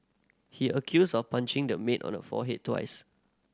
he accused of punching the maid on her forehead twice